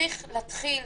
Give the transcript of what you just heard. צריך להתחיל